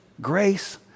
grace